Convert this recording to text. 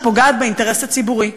שפוגעת באינטרס הציבורי,